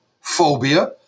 phobia